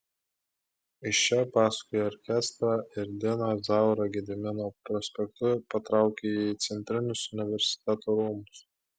iš čia paskui orkestrą ir diną zaurą gedimino prospektu patraukė į centrinius universiteto rūmus